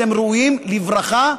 אתם ראויים לברכה,